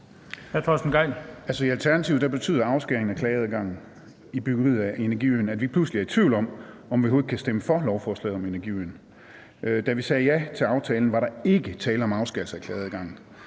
I Alternativet betyder afskæringen af klageadgangen i forbindelse med byggeriet af energiøen, at vi pludselig er i tvivl om, om vi overhovedet kan stemme for lovforslaget om energiøen. Da vi sagde ja til aftalen, var der ikke tale om afskæring af klageadgang.